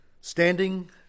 Standing